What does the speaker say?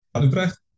Utrecht